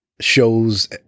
shows